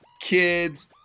kids